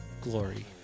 Glory